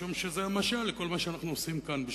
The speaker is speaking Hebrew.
משום שזה משל לכל מה שאנחנו עושים כאן.